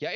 ja